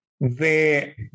De